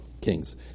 kings